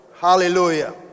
hallelujah